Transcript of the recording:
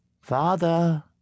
Father